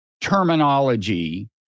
terminology